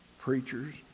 preachers